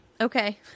Okay